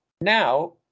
Now